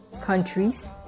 countries